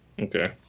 Okay